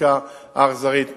הסטטיסטיקה האכזרית מצטברת.